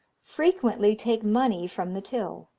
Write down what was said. frequently take money from the till,